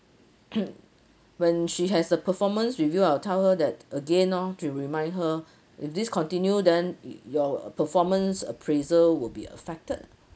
when she has a performance review I'll tell her that again orh to remind her if this continue then your performance appraisal would be affected